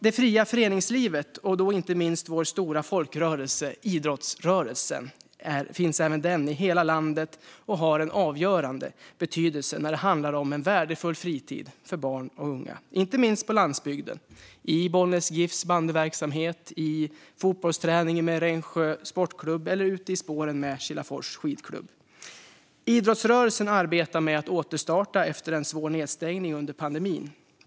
Det fria föreningslivet, inte minst vår stora folkrörelse idrottsrörelsen som finns i hela landet, har en avgörande betydelse när det handlar om en värdefull fritid för barn och unga, inte minst på landsbygden - i Bollnäs GIF:s bandyverksamhet, i fotbollsträningen med Rengsjö Sportklubb eller ute i spåren med Kilafors Skidklubb. Idrottsrörelsen arbetar med att återstarta efter en svår nedstängning under pandemin.